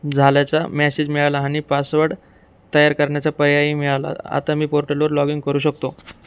झाल्याचा मॅसेज मिळाला आणि पासवर्ड तयार करण्याचा पर्यायी मिळाला आता मी पोर्टलवर लॉग इन करू शकतो